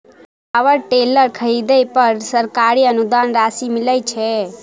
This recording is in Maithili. पावर टेलर खरीदे पर सरकारी अनुदान राशि मिलय छैय?